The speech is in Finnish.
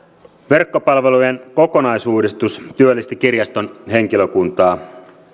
verkkopalvelujen kokonaisuudistus työllisti kirjaston henkilökuntaa